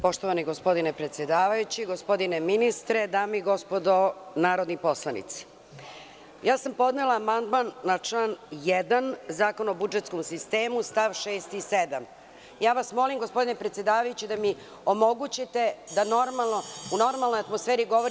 Poštovani gospodine predsedavajući, gospodine ministre, dame i gospodo narodni poslanici, podnela sam amandman na član 1. Zakona o budžetskom sistemu st. 6. i 7. Molim vas, gospodine predsedavajući, da mi omogućite da u normalnoj atmosferi govorim.